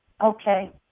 Okay